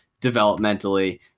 developmentally